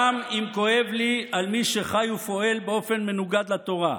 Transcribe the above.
גם אם כואב לי על מי שחי ופועל באופן מנוגד לתורה.